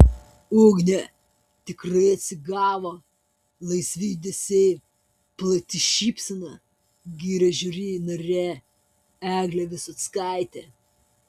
ugnė tikrai atsigavo laisvi judesiai plati šypsena giria žiuri narė eglė visockaitė